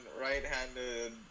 right-handed